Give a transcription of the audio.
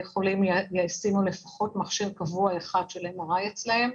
חולים ישימו לפחות מכשיר קבוע אחד של MRI אצלם.